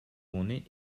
monnaies